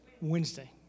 Wednesday